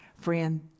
Friend